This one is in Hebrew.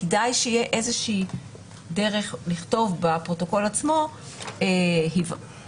כדאי שתהיה איזושהי דרך לכתוב בפרוטוקול עצמו שנעשתה